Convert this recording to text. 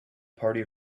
party